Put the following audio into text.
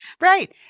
Right